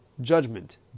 Judgment